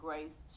Grace